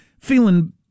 feeling